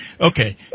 Okay